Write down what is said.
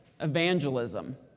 evangelism